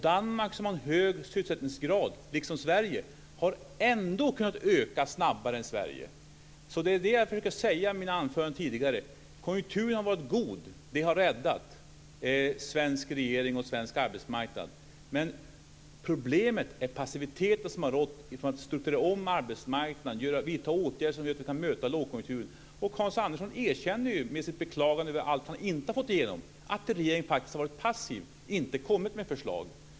Danmark som har en hög sysselsättningsgrad, liksom Sverige, har ändå kunnat öka sysselsättningen snabbare än Sverige. Det jag försökt säga i mitt anförande tidigare är att konjunkturen har varit god. Det har räddat svensk regering och svensk arbetsmarknad. Men problemet är passiviteten som har rått när det gäller att strukturera om arbetsmarknaden och vidta åtgärder som gör att vi kan möta lågkonjunkturen. Hans Andersson erkänner ju med sitt beklagande över allt han inte har fått igenom att regeringen faktiskt har varit passiv och inte kommit med förslag.